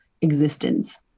existence